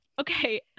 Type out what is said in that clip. okay